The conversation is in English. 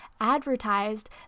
advertised